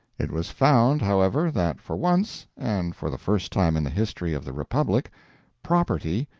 it was found, however, that for once and for the first time in the history of the republic property,